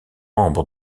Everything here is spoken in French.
membre